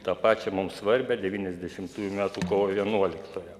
tą pačią mums svarbią devyniasdešimtųjų metų kovo vienuoliktąją